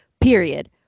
Period